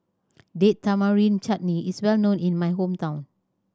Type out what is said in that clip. Date Tamarind Chutney is well known in my hometown